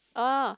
oh